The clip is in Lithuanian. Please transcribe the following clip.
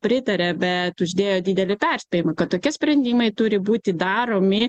pritaria bet uždėjo didelį perspėjimą kad tokie sprendimai turi būti daromi